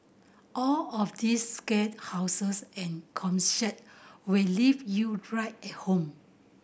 all of these scare houses and concept will leave you right at home